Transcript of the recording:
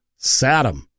Saddam